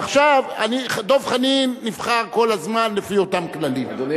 עכשיו, דב חנין נבחר כל הזמן לפי אותם כללים, אבל,